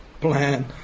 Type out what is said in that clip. plan